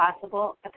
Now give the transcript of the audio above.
possible